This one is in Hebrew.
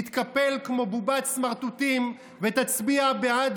תתקפל כמו בובת סמרטוטים ותצביע בעד